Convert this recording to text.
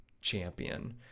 Champion